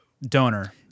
Donor